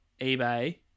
eBay